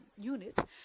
unit